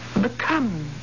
become